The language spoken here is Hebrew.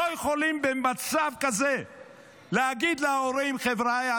לא יכולים במצב כזה להגיד להורים: חבריא,